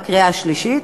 בקריאה השלישית,